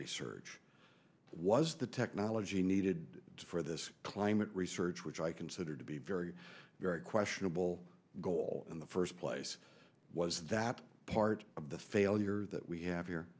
research was the technology needed for this climate research which i consider to be very very questionable goal in the first place was that part of the failure that we have